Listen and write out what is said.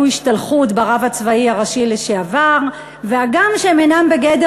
השתלחות ברב הצבאי הראשי לשעבר והגם שהם אינם בגדר